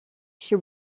she